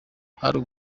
hano